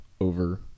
over